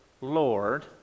Lord